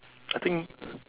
I think